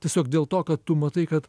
tiesiog dėl to kad tu matai kad